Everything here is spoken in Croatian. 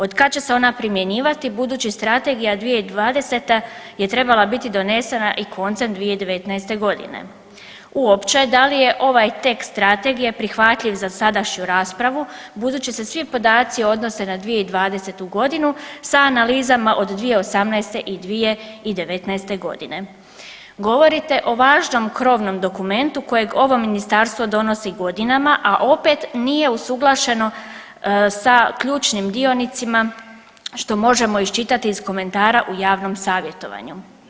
Otkad će se ona primjenjivati budući Strategija 2020. je trebala biti donesena i koncem 2019. g. Uopće, da li je ovaj tekst Strategije prihvatljiv za sadašnju raspravu budući se svi podaci odnose na 2020. g. sa analizama od 2018. i 2019. g. Govorite o važnom krovnom dokumentu kojeg ovo Ministarstvo donosi godinama, a opet nije usuglašeno sa ključnim dionicima, što možemo iščitati iz komentara u javnom savjetovanju.